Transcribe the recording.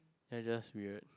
you're just weird